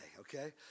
Okay